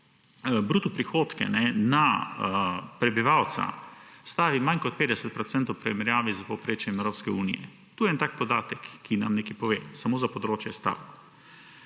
bruto prihodke na prebivalca stavi manj kot 50 % v primerjavi s povprečjem v Evropski uniji. Tu je en takšen podatek, ki nam nekaj pove samo za področje stav.